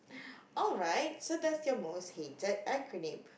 alright so that's your most hated acronym